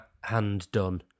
hand-done